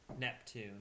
Neptune